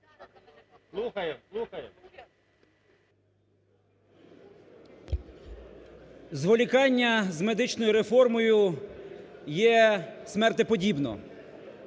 Зволікання з медичною реформою є смертеподібне.